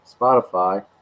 Spotify